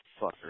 fucker